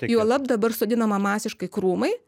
juolab dabar sodinama masiškai krūmai